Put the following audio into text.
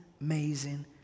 amazing